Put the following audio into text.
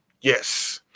Yes